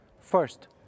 First